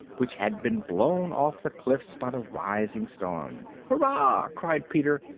which had been blown off the cliffs by the rising storm. hurrah! cried peter,